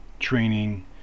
training